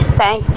thank